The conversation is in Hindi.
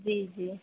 जी जी